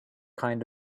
kind